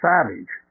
Savage